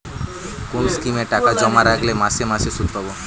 কোন স্কিমে টাকা জমা রাখলে মাসে মাসে সুদ পাব?